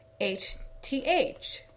HTH